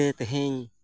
ᱯᱟᱛᱲᱟ ᱯᱤᱴᱷᱟᱹ